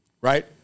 right